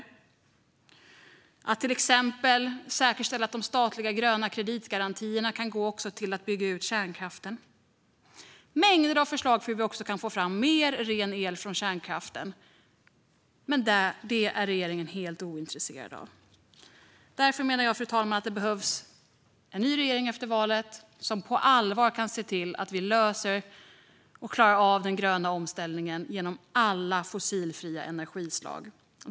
Det handlar till exempel om att säkerställa att de statliga gröna kreditgarantierna kan gå också till att bygga ut kärnkraften. Vi har också mängder av förslag för hur vi kan få fram mer ren el från kärnkraften. Detta är dock regeringen helt ointresserad av. Därför menar jag, fru talman, att det behövs en ny regering efter valet som på allvar kan se till att vi löser och klarar av den gröna omställningen genom alla fossilfria energislag.